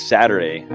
Saturday